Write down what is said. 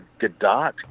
Gadot